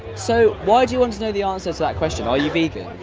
so why do you want to know the answer to that question? are you vegan?